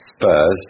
Spurs